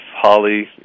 Holly